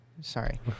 sorry